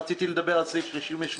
רציתי לדבר על סעיף 38,